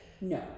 No